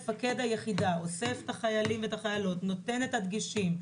אלא עם מפקד היחידה שאוסף את החיילים והחיילות ונותן את הדגשים.